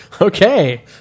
Okay